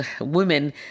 women